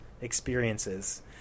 experiences